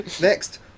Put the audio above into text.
next